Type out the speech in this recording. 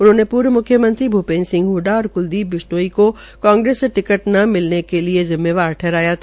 उन्होंने पूर्व मुख्यमंत्री भूपेन्द्र सिंह हडा और कुलदीप बिश्नोई को कांग्रेस से टिकट न मिलने के लिए जिम्मेदार ठहराया था